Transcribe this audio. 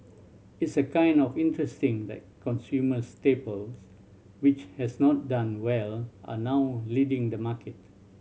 it's a kind of interesting that consumer staples which has not done well are now leading the market